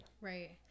right